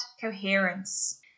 coherence